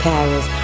Paris